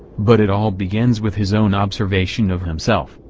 but it all begins with his own observation of himself,